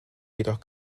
jedoch